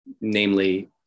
namely